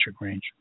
range